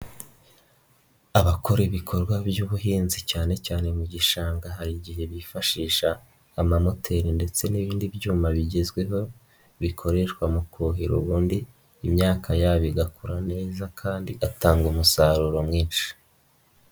Abakora ibikorwa by'ubuhinzi cyane cyane mu gishanga, hari igihe bifashisha amamoteli ndetse n'ibindi byuma bigezweho, bikoreshwa mu kuhira ubundi imyaka yabo igakora neza kandi igatanga umusaruro mwinshi.